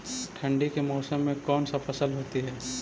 ठंडी के मौसम में कौन सा फसल होती है?